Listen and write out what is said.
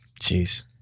jeez